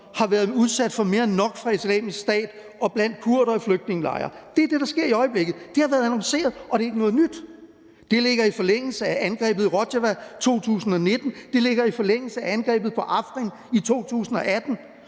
har været udsat for mere end nok fra Islamisk Stats side, og blandt kurdere i flygtningelejre. Det er det, der sker i øjeblikket. Det har været annonceret, og det er ikke noget nyt. Det ligger i forlængelse af angrebet på Rojava i 2019. Det ligger i forlængelse af angrebet på Afrin i 2018.